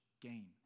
gain